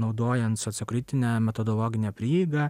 naudojant sociokritinę metodologinę prieigą